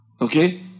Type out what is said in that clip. Okay